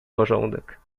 porządek